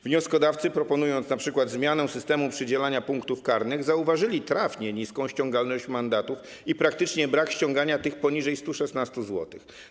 Wnioskodawcy, proponując np. zmianę systemu przydzielania punktów karnych, trafnie zauważyli niską ściągalność mandatów i praktycznie brak ściągania tych poniżej 116 zł.